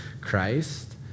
Christ